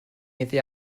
iddi